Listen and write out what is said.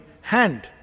hand